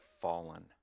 fallen